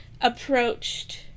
approached